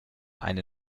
eine